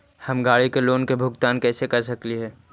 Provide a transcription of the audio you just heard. हम गाड़ी के लोन के भुगतान कैसे कर सकली हे?